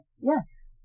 yes